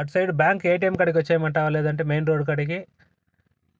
side bank ATM కాడికి వచ్చేమంటావా లేదంటే మెయిన్ రోడ్ కాడికి